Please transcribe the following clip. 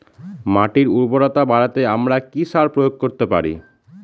মাটির উর্বরতা বাড়াতে আমরা কি সার প্রয়োগ করতে পারি?